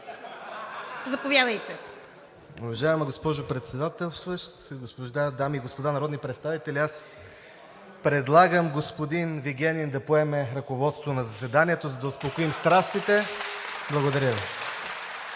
(ИТН): Уважаема госпожо Председателстващ, уважаеми дами и господа народни представители! Аз предлагам господин Вигенин да поеме ръководството на заседанието, за да успокоим страстите. Благодаря Ви.